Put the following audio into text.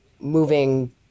moving